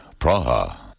Praha